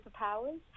superpowers